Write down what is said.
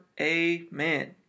Amen